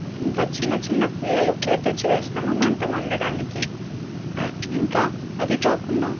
ఇంకా చిన్న చిన్న పుల్లలు కూడా తెచ్చి వేస్తాము మంట మండడానికి ఇంకా అది కాకుండా